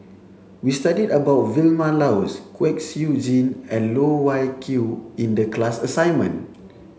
we studied about Vilma Laus Kwek Siew Jin and Loh Wai Kiew in the class assignment